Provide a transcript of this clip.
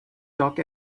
talk